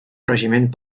regiment